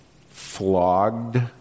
flogged